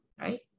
right